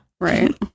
right